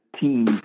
team